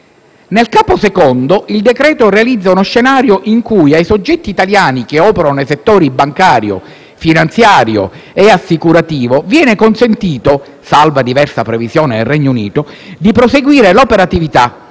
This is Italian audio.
Nel capo II il decreto-legge realizza uno scenario in cui ai soggetti italiani che operano nei settori bancario, finanziario e assicurativo, viene consentito, salvo diversa previsione del Regno Unito, di proseguire l'operatività,